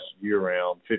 year-round